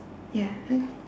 ya